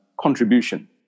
contribution